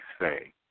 say